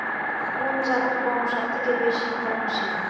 কোন জাতের গম সবথেকে বেশি ফলনশীল?